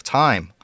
time